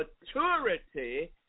maturity